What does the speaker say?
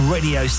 Radio